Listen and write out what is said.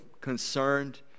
concerned